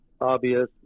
obvious